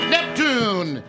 Neptune